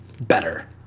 better